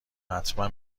حتما